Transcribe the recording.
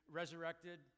resurrected